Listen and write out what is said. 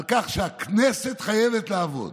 על כך שהכנסת חייבת לעבוד,